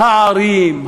הערים,